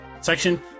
section